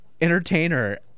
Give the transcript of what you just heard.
entertainer